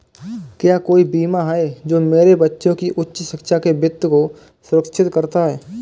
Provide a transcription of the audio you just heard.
क्या कोई बीमा है जो मेरे बच्चों की उच्च शिक्षा के वित्त को सुरक्षित करता है?